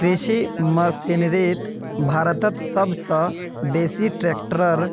कृषि मशीनरीत भारतत सब स बेसी ट्रेक्टरेर